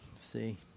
see